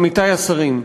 עמיתי השרים: